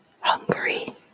Hungary